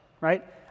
Right